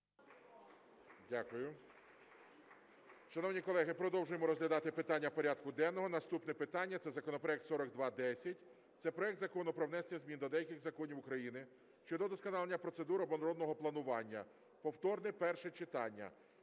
Дякую. Шановні колеги, продовжуємо розглядати питання порядку денного, наступне питання – це законопроект 4210. Це проект Закону про внесення змін до деяких законів України щодо удосконалення процедур оборонного планування (повторне перше читання).